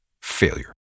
failure